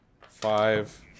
five